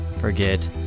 forget